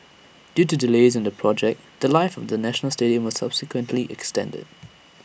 due to delays in the project The Life of the national stadium was subsequently extended